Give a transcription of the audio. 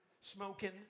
smoking